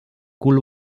cul